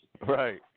Right